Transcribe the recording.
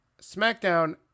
SmackDown